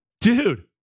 dude